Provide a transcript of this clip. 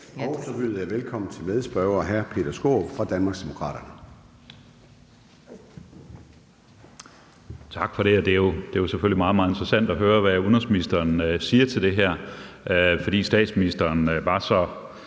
Så byder jeg velkommen til medspørger hr. Peter Skaarup fra Danmarksdemokraterne.